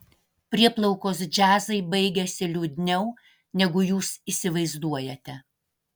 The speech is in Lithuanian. prieplaukos džiazai baigiasi liūdniau negu jūs įsivaizduojate